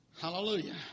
Hallelujah